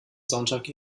sonntag